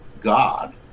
God